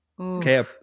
Okay